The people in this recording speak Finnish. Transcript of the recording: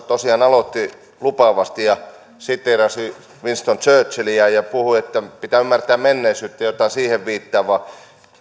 tosiaan aloitti lupaavasti ja siteerasi winston churchilliä ja puhui että pitää ymmärtää menneisyyttä jotain siihen viittaavaa